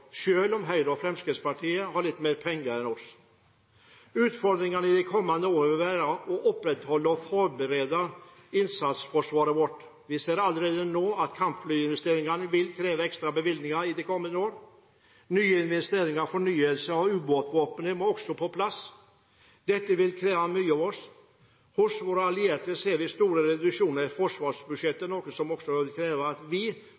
om Høyre og Fremskrittspartiet har litt mer penger enn oss. Utfordringen i de kommende år vil være å opprettholde og forbedre innsatsforsvaret vårt. Vi ser allerede nå at kampflyinvesteringen vil kreve ekstra bevilgninger i de kommende år. Nye investeringer som fornyelse av ubåtvåpenet må også på plass. Dette vil kreve mye av oss. Hos våre allierte ser vi store reduksjoner i forsvarsbudsjettene, noe som også vil kreve at vi